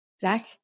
Zach